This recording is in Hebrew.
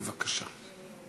בבקשה.